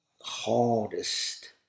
hardest